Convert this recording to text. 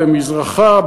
במזרחה,